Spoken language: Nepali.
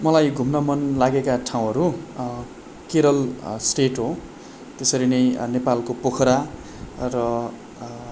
मलाई घुम्न मन लागेका ठाउँहरू केरल स्टेट हो त्यसरी नै नेपालको पोखरा र